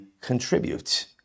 contribute